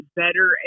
better